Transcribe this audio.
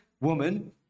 woman